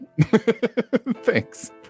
Thanks